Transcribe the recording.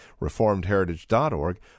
reformedheritage.org